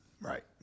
Right